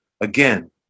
again